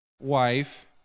wife